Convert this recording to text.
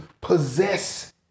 possess